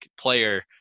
player